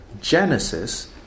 Genesis